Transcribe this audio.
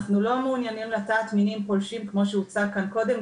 אנחנו לא מעוניינים לטעת מינים פולשים כמו שהוצג כאן קודם,